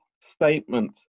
statement